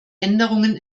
änderungen